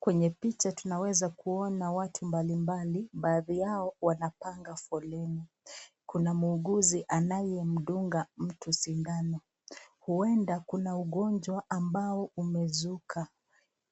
Kwenye picha tunaweza kuona watu mbalimbali. Baadhi yao wanapanga foleni. Kuna muuguzi anayemdunga mtu sindano. Huenda kuna ugonjwa ambao umezuka